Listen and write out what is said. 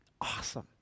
awesome